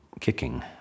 kicking